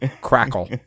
crackle